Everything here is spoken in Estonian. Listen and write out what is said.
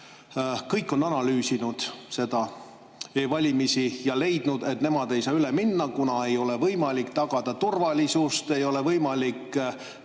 Kõik on analüüsinud e‑valimisi ja leidnud, et nemad ei saa üle minna, kuna ei ole võimalik tagada turvalisust, ei ole võimalik